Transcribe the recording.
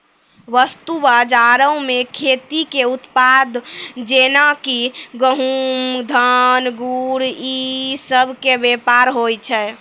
वस्तु बजारो मे खेती के उत्पाद जेना कि गहुँम, धान, गुड़ इ सभ के व्यापार होय छै